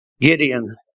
Gideon